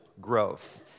growth